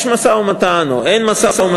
יש משא-ומתן או אין משא-ומתן,